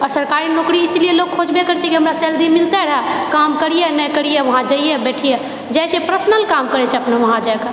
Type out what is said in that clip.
आओर सरकारी नौकरी इसीलिए लोग खोजबै करैछे कि हमरा सैलरी मिलते रहै काम करिए नहि करिए वहाँ जइए बैठिए जाइछेै पर्सनल काम करैछेै अपना वहाँ जाएके